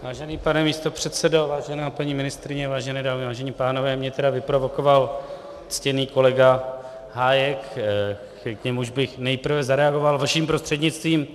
Vážený pane místopředsedo, vážená paní ministryně, vážené dámy, vážení pánové, mě tedy vyprovokoval ctěný kolega Hájek, k němuž bych nejprve zareagoval vaším prostřednictvím.